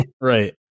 Right